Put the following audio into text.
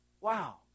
Wow